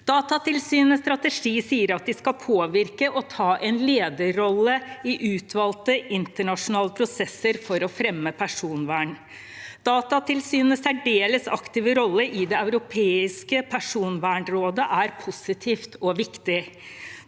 Datatilsynets strategi sier at de skal påvirke og ta en lederrolle i utvalgte internasjonale prosesser for å fremme personvern. Datatilsynets særdeles aktive rolle i Det europeiske personvernrådet er positiv og viktig.